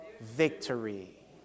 victory